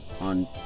on